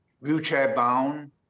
wheelchair-bound